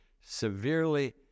severely